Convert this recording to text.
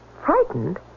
Frightened